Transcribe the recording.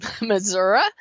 missouri